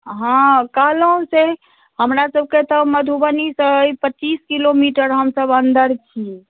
हॅं कहलहुॅं से हमरा सबके तऽ मधुबनी सॅं पच्चीस किलोमीटर हमसब अन्दर छी